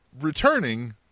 returning